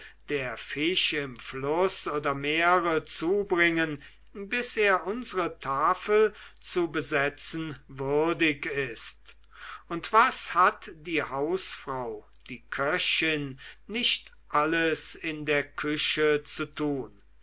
der fisch im fluß oder meere zubringen bis er unsre tafel zu besetzen würdig ist und was hat die hausfrau die köchin nicht alles in der küche zu tun